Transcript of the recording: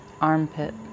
armpit